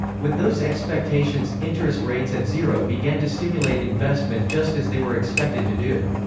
with those expectations, interest rates at zero began to stimulate investment just as they were expected to do.